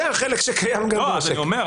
זה החלק שקיים גם בעושק.